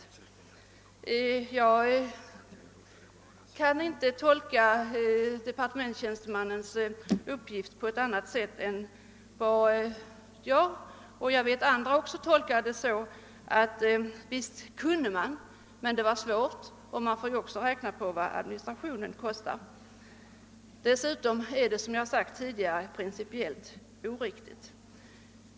Jag kan inte tolka departementstjäns temannens uppgift på annat sätt än så som även andra har uppfattat det, nämligen att visst kan man införa ett hemmakebidrag, men det är svårt, och man får också räkna med vad administrationen kostar. Dessutom är ett sådant bidrag, som jag har sagt tidigare, principiellt oriktigt.